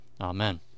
Amen